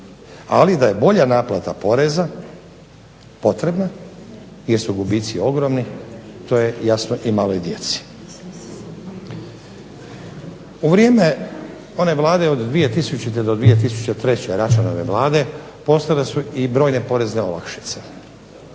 ali da je bolja naplata poreza potrebna jer su gubici ogromni to je jasno i maloj djeci. U vrijeme one vlade od 2000. do 2003. Račanove vlade postojale su i brojne porezna olakšice.